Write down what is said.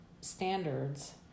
standards